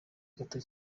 gato